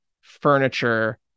furniture